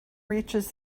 reaches